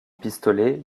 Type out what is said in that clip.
pistolet